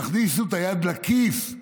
תכניסו את היד לכיס,